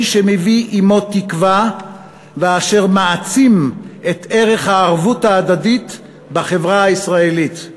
שמביא עמו תקווה ומעצים את ערך הערבות ההדדית בחברה הישראלית.